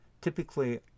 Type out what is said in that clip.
typically